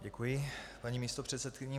Děkuji, paní místopředsedkyně.